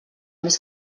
més